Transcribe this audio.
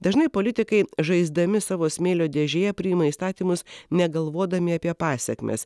dažnai politikai žaisdami savo smėlio dėžėje priima įstatymus negalvodami apie pasekmes